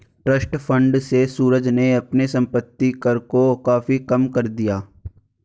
trust fund से सूरज ने अपने संपत्ति कर को काफी कम कर दिया